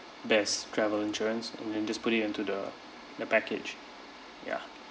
best travel insurance and then just put it into the the package ya